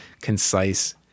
concise